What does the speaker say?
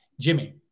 Jimmy